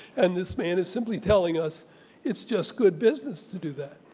and this man is simply telling us it's just good business to do that.